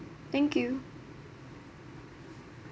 thank you